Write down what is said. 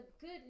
good